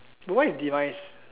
but what is demise